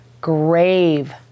grave